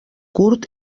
curt